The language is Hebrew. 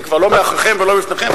זה כבר לא מאחוריכם ולא לפניכם,